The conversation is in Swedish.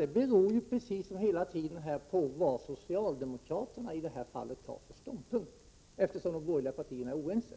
Det beror hela tiden på vad socialdemokraterna i det här fallet tar för ståndpunkt, eftersom de borgerliga partierna är oense.